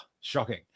shocking